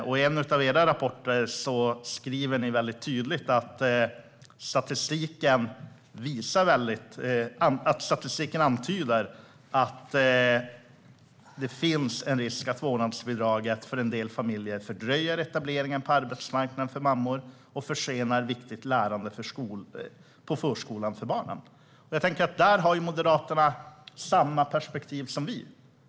I en av era rapporter skriver ni tydligt att statistiken antyder att det finns en risk för att vårdnadsbidraget för en del familjer fördröjer etableringen på arbetsmarknaden för mammor och försenar viktigt lärande på förskolan för barnen. Där har Moderaterna samma perspektiv som vi.